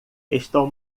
estão